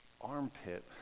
armpit